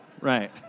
right